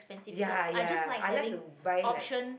ya ya I like to buy like